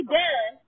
done